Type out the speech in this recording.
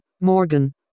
Morgan